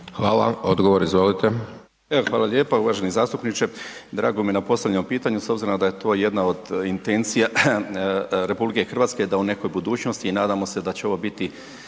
Zdravko** Evo hvala lijepa uvaženi zastupniče, drago mi je na postavljenom pitanju s obzirom da je to jedna od intencija RH da u nekoj budućnosti i nadam se da će ovo biti